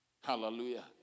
Hallelujah